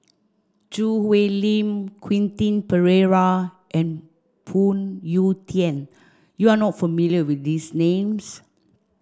Choo Hwee Lim Quentin Pereira and Phoon Yew Tien you are not familiar with these names